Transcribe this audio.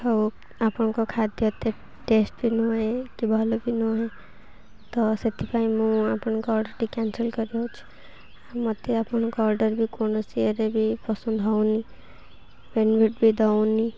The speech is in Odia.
ଆଉ ଆପଣଙ୍କ ଖାଦ୍ୟ ତ ଟେଷ୍ଟ ବି ନୁହେଁ କି ଭଲ ବି ନୁହେଁ ତ ସେଥିପାଇଁ ମୁଁ ଆପଣଙ୍କ ଅର୍ଡ଼ରଟି କ୍ୟାନସଲ୍ କରିହେଉଛି ମୋତେ ଆପଣଙ୍କ ଅର୍ଡ଼ର ବି କୌଣସି ଇଏରେ ବି ପସନ୍ଦ ହଉନି ପେମେଣ୍ଟ ବି ଦଉନି